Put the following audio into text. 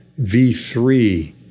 V3